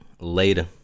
Later